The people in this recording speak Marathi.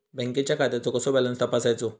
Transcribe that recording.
बँकेच्या खात्याचो कसो बॅलन्स तपासायचो?